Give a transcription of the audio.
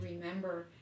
remember